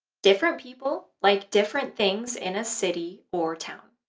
different people like different things in a city or town.